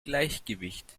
gleichgewicht